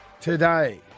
today